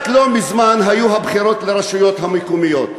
רק לא מזמן היו הבחירות לרשויות המקומיות.